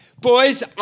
Boys